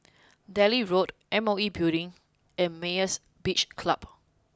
Delhi Road M O E Building and Myra's Beach Club